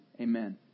Amen